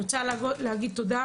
אני רוצה להגיד תודה